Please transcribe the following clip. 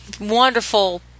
Wonderful